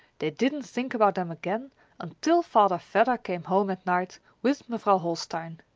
they didn't think about them again until father vedder came home at night with mevrouw holstein.